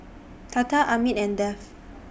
Tata Amit and Dev